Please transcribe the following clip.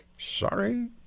Sorry